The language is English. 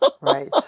Right